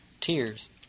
tears